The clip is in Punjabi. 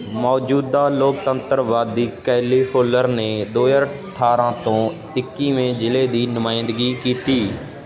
ਮੌਜੂਦਾ ਲੋਕਤੰਤਰਵਾਦੀ ਕੈਲੀ ਫੋਲਰ ਨੇ ਦੋ ਹਜ਼ਾਰ ਅਠਾਰਾਂ ਤੋਂ ਇੱਕੀਵੇਂ ਜ਼ਿਲ੍ਹੇ ਦੀ ਨੁਮਾਇੰਦਗੀ ਕੀਤੀ